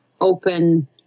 open